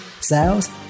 sales